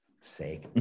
sake